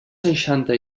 seixanta